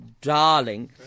darling